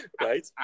right